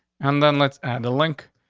and then let's add a link.